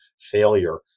failure